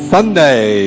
Sunday